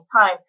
time